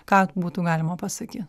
ką būtų galima pasakyt